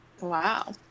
Wow